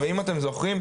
ואם אתם זוכרים,